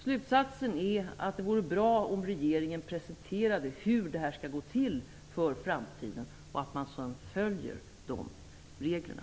Slutsatsen är att det vore bra om regeringen presenterade hur det här skall gå till i framtiden och att man sedan följer de reglerna.